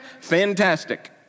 fantastic